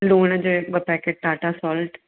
लुण जे ॿ packet Tata salt